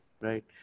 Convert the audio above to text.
right